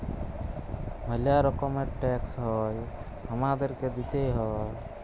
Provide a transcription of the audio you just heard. ম্যালা রকমের ট্যাক্স হ্যয় হামাদেরকে দিতেই হ্য়য়